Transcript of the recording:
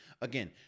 again